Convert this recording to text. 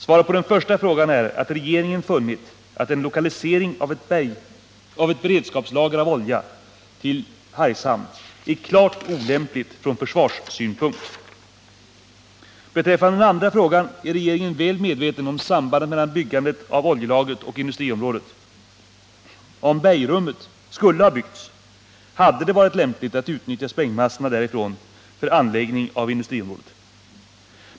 Svaret på den första frågan är att regeringen funnit att en lokalisering av ett beredskapslager av olja till Hargshamn är klart olämplig från försvarssynpunkt. Beträffande den andra frågan är regeringen väl medveten om sambandet mellan byggandet av oljelagret och industriområdet. Om bergrummet skulle ha byggts, hade det varit lämpligt att utnyttja sprängmassorna därifrån för anläggning av industriområdet.